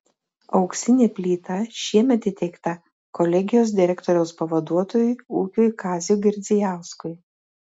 auksinė plyta šiemet įteikta kolegijos direktoriaus pavaduotojui ūkiui kaziui girdzijauskui